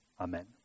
Amen